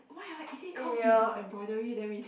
why uh is it cause we got embroidery then we